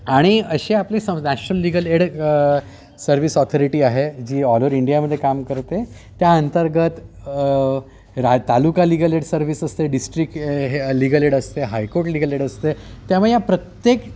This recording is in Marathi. आणि अशी आपली सं national legal aid service authority आहे जी ऑल ओवर इंडियामध्ये काम करते त्या अंतर्गत रा तालुका लीगल एड सर्व्हिस असते डिस्ट्रिक हे लीगल एड असते हायकोर्ट लीगल एड असते त्यामुळे या प्रत्येक